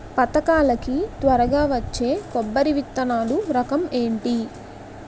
పథకాల కి త్వరగా వచ్చే కొబ్బరి విత్తనాలు రకం ఏంటి?